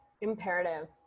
imperative